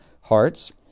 hearts